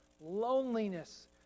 Loneliness